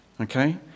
Okay